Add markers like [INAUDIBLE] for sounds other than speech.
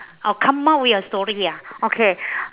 I'll come out with a story ah okay [BREATH]